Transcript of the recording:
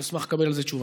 אשמח לקבל על זה תשובה.